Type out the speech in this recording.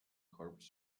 corps